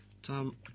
Tom